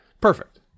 Perfect